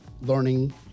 learning